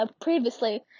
previously